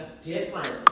difference